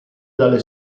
dalle